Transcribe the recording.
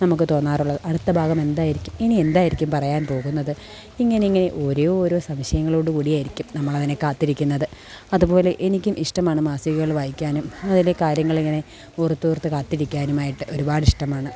നമുക്ക് തോന്നാറുള്ളത് അടുത്ത ഭാഗം എന്തായിരിക്കും ഇനി എന്തായിരിക്കും പറയാൻ പോകുന്നത് ഇങ്ങനെ ഇങ്ങനെ ഒരേയോരോ സംശയങ്ങളോട് കൂടിയായിരിക്കും നമ്മളതിനെ കാത്തിരിക്കുന്നത് അതുപോലെ എനിക്കും ഇഷ്ടമാണ് മാസികകള് വായിക്കാനും അതിലെ കാര്യങ്ങളിങ്ങനെ ഓർത്ത് ഓർത്ത് കാത്തിരിക്കാനുമായിട്ട് ഒരുപാടിഷ്ടമാണ്